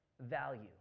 value